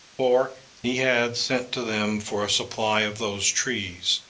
for he had sent to them for a supply of those trees.